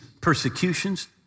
persecutions